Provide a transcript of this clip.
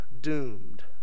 doomed